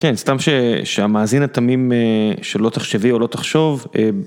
כן, סתם שהמאזין התמים שלא תחשבי או לא תחשוב.